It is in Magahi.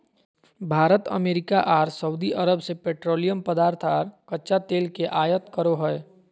भारत अमेरिका आर सऊदीअरब से पेट्रोलियम पदार्थ आर कच्चा तेल के आयत करो हय